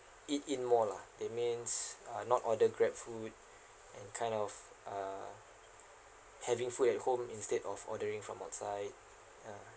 eat in more lah that means uh not order Grab food and kind of uh having food at home instead of ordering from outside ya